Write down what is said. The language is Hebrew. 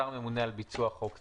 השר ממונה על ביצוע חוק זה.